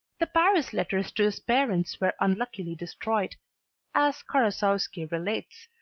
the paris letters to his parents were unluckily destroyed as karasowski relates,